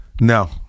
No